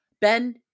Ben